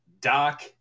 doc